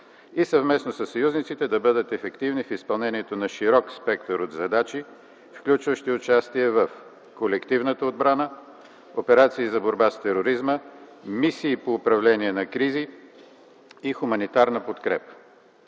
и съвместно със съюзниците да бъдат ефективни в изпълнението на широк спектър от задачи, включващи участие в колективната отбрана, операции за борба с тероризма, мисии по управление на кризи и хуманитарна подкрепа”.